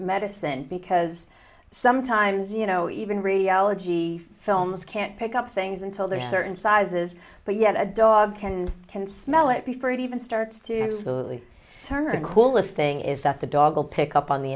medicine because sometimes you know even read elegy films can't pick up things until they're certain sizes but yet a dog can can smell it before it even starts to absolutely turn coolest thing is that the dog will pick up on the